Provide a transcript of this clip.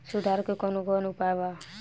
सुधार के कौन कौन उपाय वा?